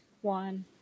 one